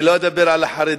אני לא אדבר על החרדים,